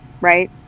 right